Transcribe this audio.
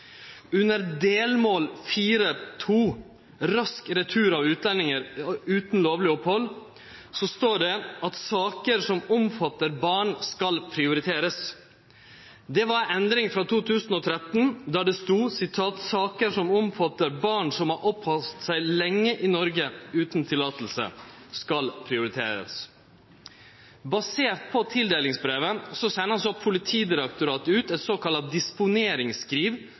Under delmål 4.2 «Rask retur av utlendinger uten lovlig opphold» står det: «Saker som omfatter barn skal prioriteres.» Det var ei endring frå 2013, der det stod: «Saker som omfatter barn som har oppholdt seg lenge i Norge uten tillatelse skal prioriteres.» Basert på tildelingsbrevet sender Politidirektoratet ut eit såkalla disponeringsskriv